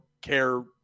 care